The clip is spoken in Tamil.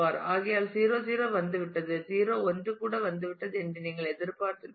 ஆகையால் 0 0 வந்துவிட்டது 0 1 கூட வந்துவிட்டது என்று நீங்கள் எதிர்பார்த்திருப்பீர்கள்